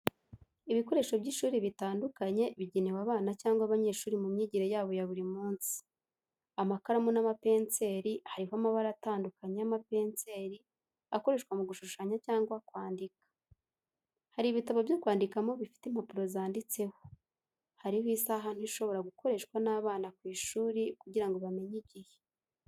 Ibikoresho by'ishuri bitandukanye bigenewe abana cyangwa abanyeshuri mu myigire yabo ya buri munsi. Amakaramu n’amapenseri hariho amabara atandukanye y’amapenseri akoreshwa mu gushushanya cyangwa kwandika. Hari ibitabo byo kwandikamo bifite impapuro zanditseho. Hari isaha nto ishobora gukoreshwa n’abana ku ishuri kugirango bamenye igihe.